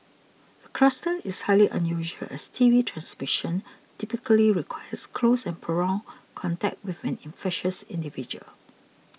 the cluster is highly unusual as T B transmission typically requires close and prolonged contact with an infectious individual